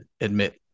admit